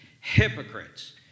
Hypocrites